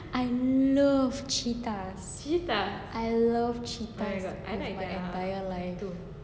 I love cheetahs I love cheetahs for my entire life